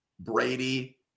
Brady